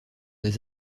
des